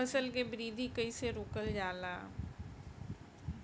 फसल के वृद्धि कइसे रोकल जाला?